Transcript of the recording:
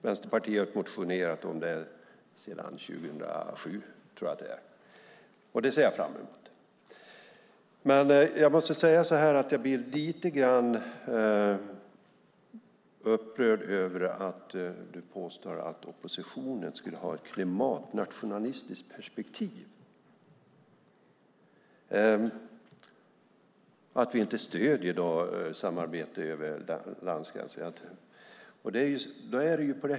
Vänsterpartiet har motionerat om det sedan 2007, om jag minns rätt. Jag blir dock lite upprörd när Helena Lindahl påstår att oppositionen skulle ha ett klimatnationalistiskt perspektiv och att vi därmed inte stöder samarbete över landgränserna.